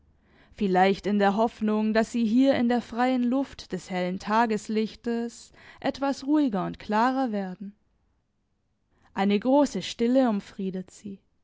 vielleicht in der hoffnung daß sie hier in der freien luft des hellen tageslichtes etwas ruhiger und klarer werden eine große stille umfriedet sie